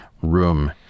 room